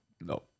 No